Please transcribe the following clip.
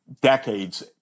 decades